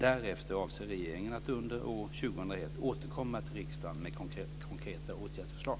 Därefter avser regeringen att under år 2001 återkomma till riksdagen med konkreta åtgärdsförslag.